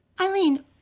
Eileen